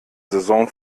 saison